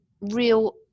real